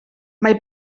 mae